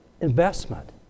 investment